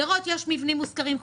לראות יש מבנים מושכרים,